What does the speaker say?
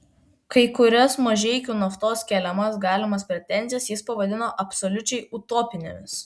kai kurias mažeikių naftos keliamas galimas pretenzijas jis pavadino absoliučiai utopinėmis